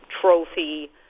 trophy